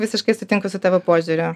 visiškai sutinku su tavo požiūriu